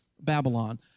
Babylon